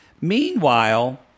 Meanwhile